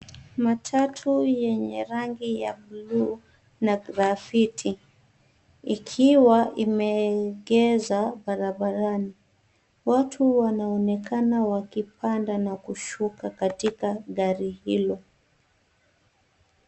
Matatu yenye rangi ya buluu na graffiti ikiwa imeegeshwa barabarani. Watu wanaonekana wakipanda na kushuka katika gari hilo.